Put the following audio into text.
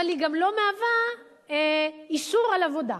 אבל היא גם לא מהווה אישור על עבודה.